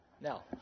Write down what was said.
Now